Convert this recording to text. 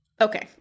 okay